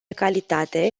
calitate